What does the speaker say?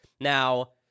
Now